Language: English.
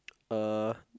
uh